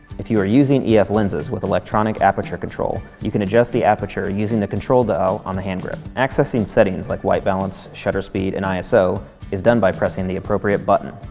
if you are using ef lenses with electronic aperture control, you can adjust the aperture using the control dial on the hand grip. accessing settings like white balance, shutter speed, and iso is done by pressing the appropriate button,